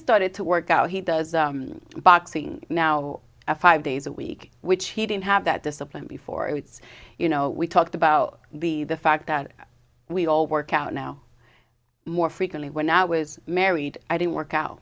started to work out he does boxing now five days a week which he didn't have that discipline before it's you know we talked about the the fact that we all work out now more frequently when i was married i didn't work out